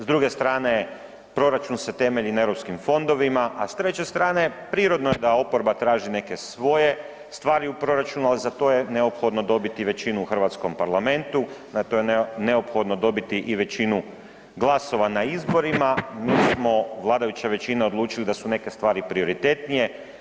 S druge strane, proračun se temelji na europskim fondovima, a s treće strane prirodno je da oporba traži neke svoje stvari u proračunu, al za to je neophodno dobiti većinu u hrvatskom parlamentu, na to je neophodno dobiti i većinu glasova na izborima, mi smo, vladajuća većina je odlučili da su neke stvari prioritetnije.